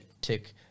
tick